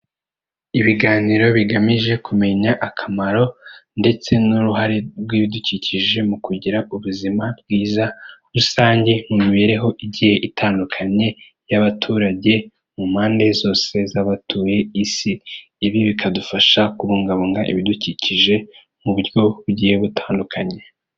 Ibiganiro bigamije kumenya akamaro ndetse n'uruhare rw'ibidukikije mu kugira ubuzima bwiza rusange mu mibereho igiye itandukanye y'abaturage mu mpande zose z'abatuye isi, ibi bikadufasha kubungabunga ibidukikije mu buryo bugiye butandukanye.